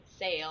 sale